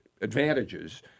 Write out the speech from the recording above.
advantages